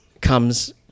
comes